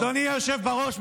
אדוני היושב-ראש,